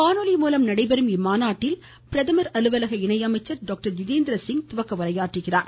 காணொலி மூலம் நடைபெறும் இம்மாநாட்டில் பிரதமர் அலுவலக இணை அமைச்சர் டாக்டர் ஜிதேந்திரசிங் துவக்க உரையாற்றுகிறார்